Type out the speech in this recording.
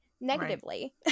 negatively